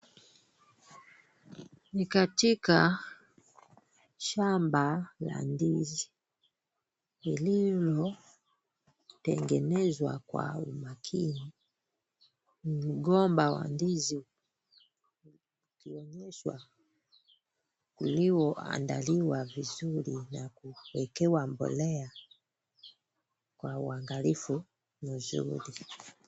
Ni katika shamba la ndizi lililotengenezwa kwa umakini. Mgomba wa ndizi ukionyeshwa ulioandaliwa vizuri na kuekewa mbolea kwa uangalifu mzuri.